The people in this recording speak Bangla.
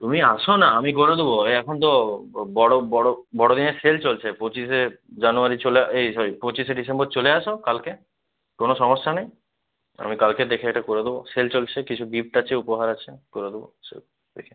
তুমি এস না আমি করে দেবো এখন তো বড় বড় বড়দিনের সেল চলছে পঁচিশে জানুয়ারি চলে এই সরি পঁচিশে ডিসেম্বর চলে এসো কালকে কোনো সমস্যা নেই আমি কালকে দেখে এটা করে দেবো সেল চলছে কিছু গিফট আছে উপহার আছে করে দেবো সব দেখে